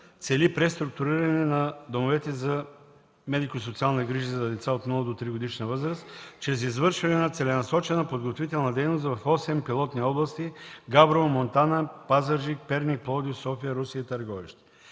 цели преструктуриране на домовете за медико-социални грижи за деца от 0 до 3-годишна възраст, чрез извършване на целенасочена подготвителна дейност в осем пилотни области – Габрово, Монтана, Пазарджик, Перник, Пловдив, София, Русе и Търговище.